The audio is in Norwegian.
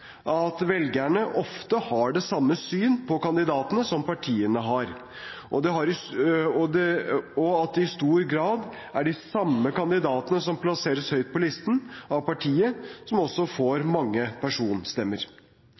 at velgerne ofte har det samme syn på kandidatene som partiene har, og at det i stor grad er de samme kandidatene som plasseres høyt på listen av partiet, som også får mange personstemmer.